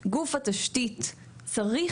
גוף התשתית צריך,